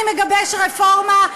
אני מגבש רפורמה.